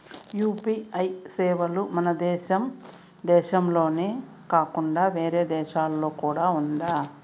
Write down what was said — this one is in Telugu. యు.పి.ఐ సేవలు మన దేశం దేశంలోనే కాకుండా వేరే దేశాల్లో కూడా ఉందా?